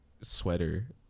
sweater